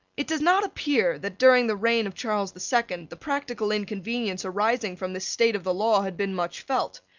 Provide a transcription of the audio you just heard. it does not appear that, during the reign of charles the second, the practical inconvenience arising from this state of the law had been much felt.